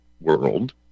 world